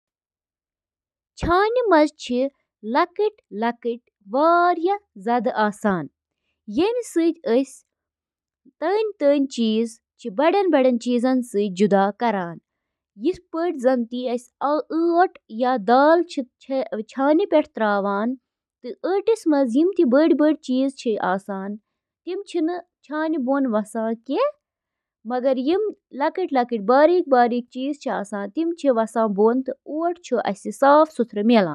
refrigerator چھِ fridge کِس أنٛدرِمِس حصہٕ پٮ۪ٹھ گرمی ہٹاونہٕ خٲطرٕ ریفریجرنٹُک بند نظام استعمال کٔرِتھ کٲم کران، یُس کھٮ۪ن تازٕ تھاوان چھُ: